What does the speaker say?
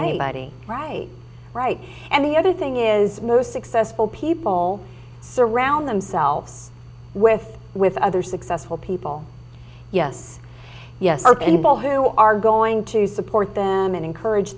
anybody right right and the other thing is most successful people surround themselves with with other successful people yes yes are people who are going to support them and encourage